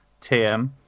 TM